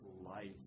life